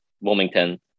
Wilmington